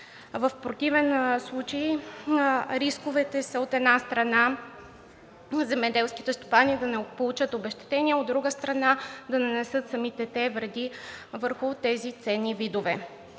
В противен случай рисковете, от една страна, са земеделските стопани да не получат обезщетения, а от друга страна, да нанесат самите те вреди върху тези ценни видове.